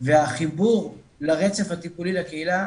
והחיבור לרצף הטיפולי לקהילה,